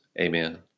Amen